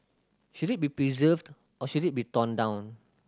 should it be preserved or should it be torn down